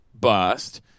bust